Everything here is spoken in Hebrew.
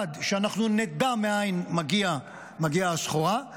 אחד: שאנחנו נדע מאין מגיעה הסחורה.